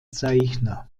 zeichner